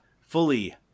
fully